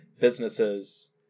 businesses